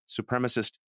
supremacist